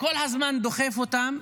כל הזמן דוחף אותם,